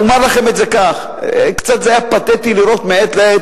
אומר לכם את זה כך: זה היה קצת פתטי לראות מעת לעת,